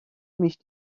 mich